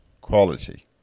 Quality